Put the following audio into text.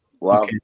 Wow